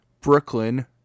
Brooklyn